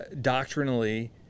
doctrinally